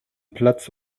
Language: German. platz